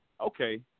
okay